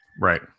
Right